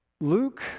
Luke